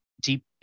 deep